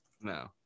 No